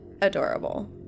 adorable